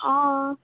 অঁ